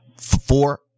four